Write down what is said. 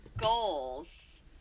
goals